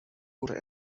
wurde